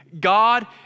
God